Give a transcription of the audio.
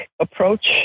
approach